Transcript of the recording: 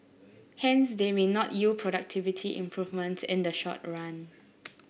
hence they may not yield productivity improvements in the short run